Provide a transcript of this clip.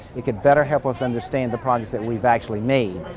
it could better help us understand the progress that we've actually made.